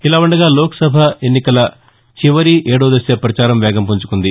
ఇలా ఉండగా లోక్ సభ ఎన్నికల చివరి ఏడో దశ ప్రచారం వేగం పుంజుకుంది